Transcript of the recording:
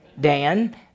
Dan